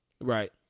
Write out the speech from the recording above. Right